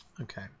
okay